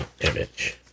Image